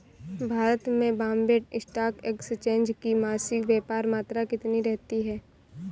भारत में Bombay Stock Exchange की मासिक व्यापार मात्रा कितनी रहती है?